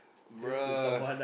bro